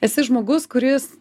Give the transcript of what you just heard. esi žmogus kuris